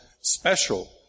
special